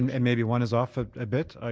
um and maybe one is off a bit. ah